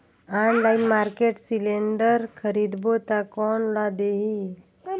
Online market cylinder खरीदबो ता कोन ला देही?